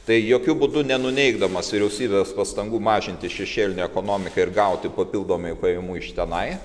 tai jokiu būdu nenuneigdamas vyriausybės pastangų mažinti šešėlinę ekonomiką ir gauti papildomai pajamų iš tenai